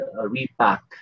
Repack